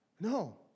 no